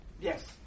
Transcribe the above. Yes